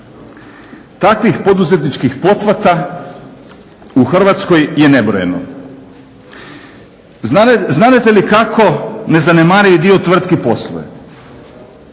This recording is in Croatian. Takvih poduzetničkih pothvata u Hrvatskoj je nebrojeno. Znadete li kako nezanemarivi dio tvrtki posluje?